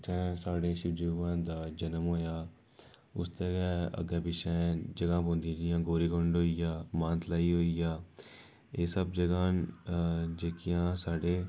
उत्थैं साढ़े शिवजी भगवान दा जनम होएआ उसदे गै अग्गें पिच्छें जगह् पौंदी जियां गौरी कुंड होई गेआ मानतलाई होई गेआ एह् सब जगह् न जेह्कियां साढ़े